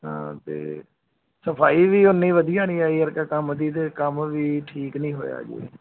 ਹਾਂ ਅਤੇ ਸਫਾਈ ਵੀ ਉਨੀ ਵਧੀਆ ਨਹੀਂ ਆਈ ਅਰਕਾ ਕੰਮ ਦੀ ਅਤੇ ਕੰਮ ਵੀ ਠੀਕ ਨਹੀਂ ਹੋਇਆ ਜੇ